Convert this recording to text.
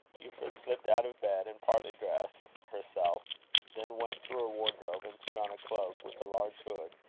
euphra slipped out of bed, and partly dressed herself then went to her wardrobe, and put on a cloak with a large hood,